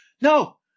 No